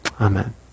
Amen